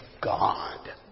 God